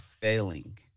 failing